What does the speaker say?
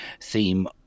theme